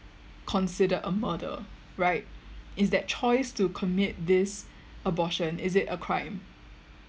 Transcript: considered a murder right is that choice to commit this abortion is it a crime